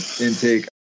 intake